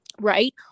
right